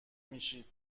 میشید